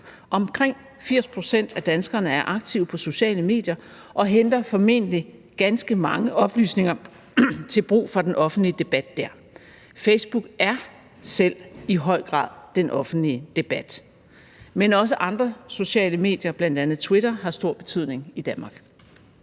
Omkring 80 pct. af danskerne er aktive på sociale medier og henter formentlig ganske mange oplysninger til brug for den offentlige debat der. Facebook er selv i høj grad den offentlige debat. Men også andre sociale medier, bl.a. Twitter, har stor betydning i Danmark.